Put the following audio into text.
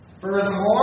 Furthermore